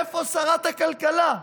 איפה שרת הכלכלה,